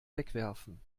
wegwerfen